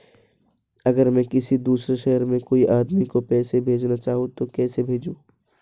अगर मैं किसी दूसरे शहर में कोई आदमी को पैसे भेजना चाहूँ तो कैसे भेजूँ?